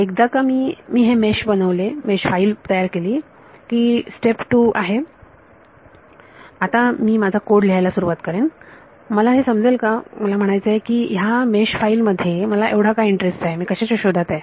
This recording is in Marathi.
एकदा का मी मी हे बनवले ही मेश फाईल तयार केली की स्टेप 2 आहे आता मी माझा कोड लिहायला सुरुवात करेन मला हे समजेल का मला म्हणायचे आहे ह्या मेश फाईल मध्ये मला एवढा का इंटरेस्ट आहे मी कशाच्या शोधात आहे